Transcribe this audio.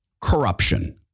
corruption